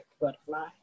butterfly